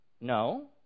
No